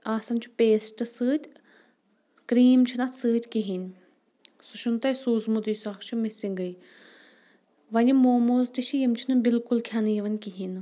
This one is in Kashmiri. آسان چھُ پیسٹ سۭتۍ کریٖم چھنہٕ اتھ سۭتۍ کہیٖنۍ سُہ چھُنہٕ تۄہہِ سوٗزمُتُے سُہ اکھ چھُ مِسنگٕے وۄنۍ یِم موموز تہِ چھِ یِم چھِنہٕ بالکُل کھٮ۪نہٕ یِوان کہیٖنۍ نہٕ